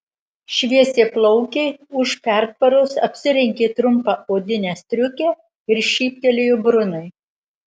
šviesiaplaukė už pertvaros apsirengė trumpą odinę striukę ir šyptelėjo brunui